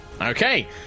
okay